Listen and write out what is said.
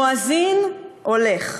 מואזין, הולך.